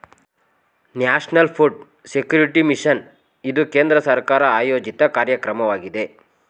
national food security mission ಇದು ಕೇಂದ್ರ ಸರ್ಕಾರ ಆಯೋಜಿತ ಕಾರ್ಯಕ್ರಮವಾಗಿದೆ